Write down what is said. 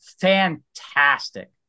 fantastic